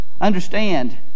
Understand